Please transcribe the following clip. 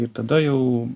ir tada jau